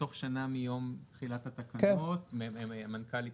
תוך שנה מיום קביעת התקנות מנכ"לית